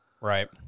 Right